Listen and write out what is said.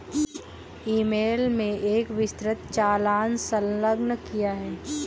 ई mail में एक विस्तृत चालान संलग्न किया है